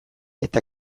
eta